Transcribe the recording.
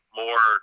more